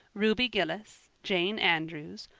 ruby gillis, jane andrews,